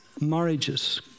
marriages